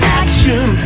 action